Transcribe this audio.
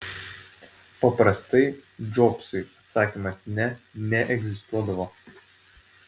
paprastai džobsui atsakymas ne neegzistuodavo